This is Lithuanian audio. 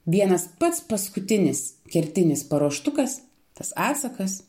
vienas pats paskutinis kertinis paruoštukas tas atsakas